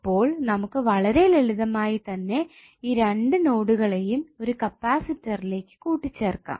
അപ്പോൾ നമുക്ക് വളരെ ലളിതമായി തന്നെ ഈ രണ്ട് നോടുകളെയും ഒരു കപ്പാസിറ്ററിലേക്ക് കൂട്ടിച്ചേർക്കാം